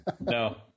No